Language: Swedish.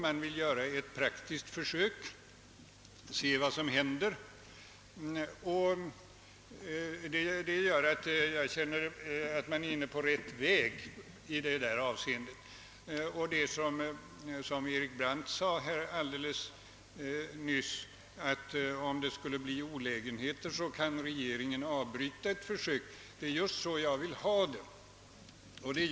Man vill göra ett praktiskt försök och se vad som händer. Det gör att jag känner att man är inne på rätt väg i denna fråga. Herr Brandt framböll alldeles nyss att regeringen kan avbryta ett försök, om det skulle uppstå olägenheter. Det är just så jag vill ha det.